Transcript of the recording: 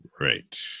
Right